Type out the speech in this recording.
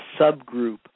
subgroup